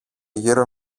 γύρω